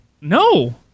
No